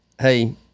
Hey